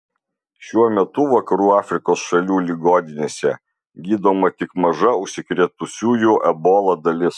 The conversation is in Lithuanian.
šiuo metu vakarų afrikos šalių ligoninėse gydoma tik maža užsikrėtusiųjų ebola dalis